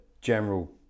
general